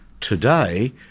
Today